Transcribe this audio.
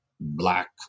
black